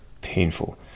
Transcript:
painful